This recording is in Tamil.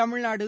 தமிழ்நாடு